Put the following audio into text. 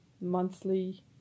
monthly